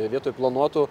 vietoj planuotų